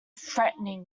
threatening